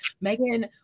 Megan